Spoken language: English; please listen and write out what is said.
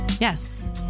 Yes